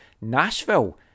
Nashville